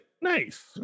Nice